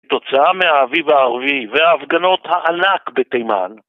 כתוצאה מהאביב הערבי והפגנות הענק בתימן